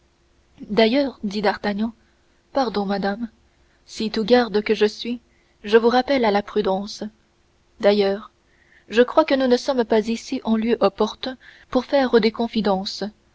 d'ailleurs dit d'artagnan pardon madame si tout garde que je suis je vous rappelle à la prudence d'ailleurs je crois que nous ne sommes pas ici en lieu opportun pour faire des confidences